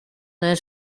their